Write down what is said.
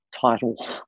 title